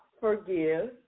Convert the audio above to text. forgive